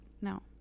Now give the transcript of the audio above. no